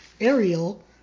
Ariel